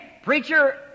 Preacher